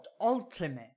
Ultimate